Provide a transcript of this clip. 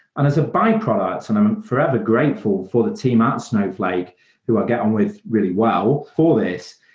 and as a byproduct, and i'm forever grateful for the team at snowflake who i'd get on with really well for this,